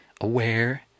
aware